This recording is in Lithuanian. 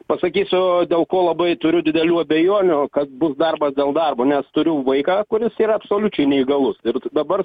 pasakysiu dėl ko labai turiu didelių abejonių kad bus darbas dėl darbo nes turiu vaiką kuris yra absoliučiai neįgalus ir dabar